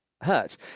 hurt